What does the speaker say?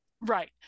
Right